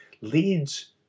leads